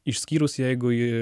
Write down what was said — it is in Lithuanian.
išskyrus jeigu ji